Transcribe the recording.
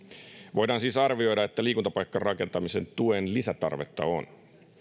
voidaan siis arvioida että liikuntapaikkarakentamisen tuen lisätarvetta on